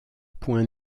point